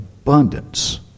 abundance